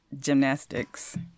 Gymnastics